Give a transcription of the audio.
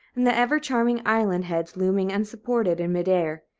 and the ever-charming island heads looming unsupported in mid-air.